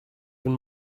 even